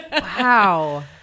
Wow